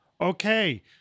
Okay